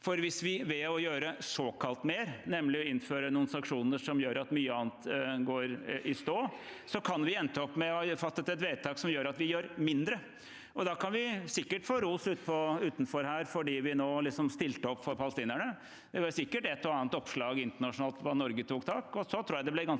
Hvis vi ved å gjøre såkalt mer, nemlig å innføre noen sanksjoner som gjør at mye annet går i stå, kan vi ende opp med å ha fattet et vedtak som gjør at vi gjør mindre. Da kan vi sikkert få ros utenfor her fordi vi liksom stilte opp for palestinerne. Det ville sikkert være et og annet oppslag internasjonalt om at Norge tok tak, og så tror jeg det ville bli ganske